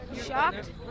Shocked